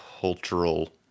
cultural